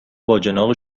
باجناق